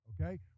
Okay